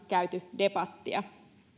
käyty debattia